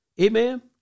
Amen